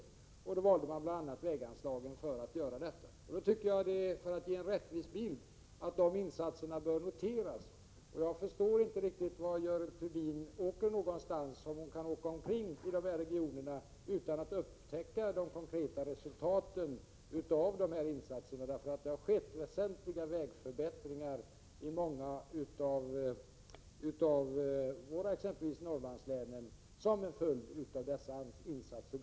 Det var bl.a. väganslagen som då kom i fråga. Om man vill ge en rättvis bild av situationen, tycker jag att de insatserna bör noteras. Jag förstår inte riktigt vart Görel Thurdin åker. Jag förstår alltså inte hur hon kan åka omkring i olika regioner utan att upptäcka de konkreta resultaten av gjorda insatser — det har ju skett väsentliga vägförbättringar i många län, exempelvis i Norrlandslänen, som en följd av gjorda insatser.